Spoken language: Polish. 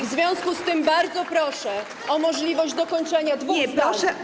W związku z tym bardzo proszę o możliwość dokończenia dwóch zdań.